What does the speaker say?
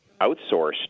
outsourced